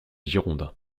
girondins